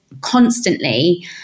constantly